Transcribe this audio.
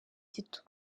gito